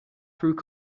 through